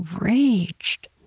enraged.